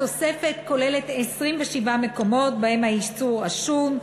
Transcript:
התוספת כוללת 27 מקומות שבהם העישון אסור,